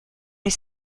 les